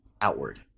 outward